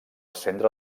centre